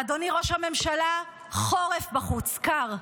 אדוני, ראש הממשלה, חורף בחוץ, קר.